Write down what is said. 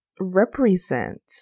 represent